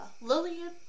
Lillian